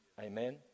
Amen